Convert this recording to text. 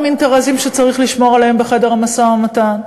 אינטרסים שצריך לשמור עליהם בחדר המשא-ומתן.